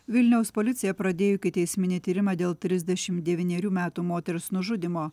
vilniaus policija pradėjo ikiteisminį tyrimą dėl trisdešimt devynerių metų moters nužudymo